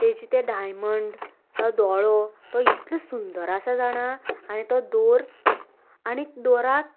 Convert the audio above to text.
तेजे तें डायमंड तो दोळो तो इतलो सुंदर आसा जाणा आनी तो दोर आनीक दोराक